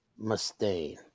Mustaine